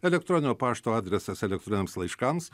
elektroninio pašto adresas elektroniniams laiškams